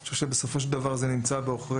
אני חושב שזה נמצא בעוכרינו,